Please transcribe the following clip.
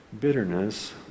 bitterness